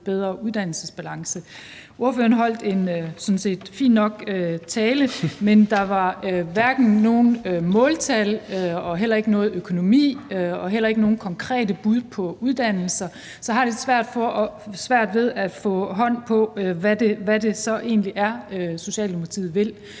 bedre uddannelsesbalance. Ordføreren holdt sådan set en fin nok tale, men der var hverken nogen måltal eller nogen økonomi og heller ikke nogen konkrete bud på uddannelser. Så jeg har lidt svært ved at få hold på, hvad det egentlig er Socialdemokratiet vil,